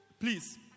please